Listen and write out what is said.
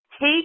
Hey